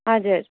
हजुर